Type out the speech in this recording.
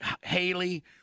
Haley